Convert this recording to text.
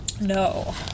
No